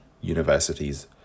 universities